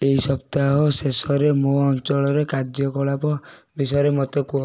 ଏହି ସପ୍ତାହ ଶେଷରେ ମୋ ଅଞ୍ଚଳରେ କାର୍ଯ୍ୟକଳାପ ବିଷୟରେ ମୋତେ କୁହ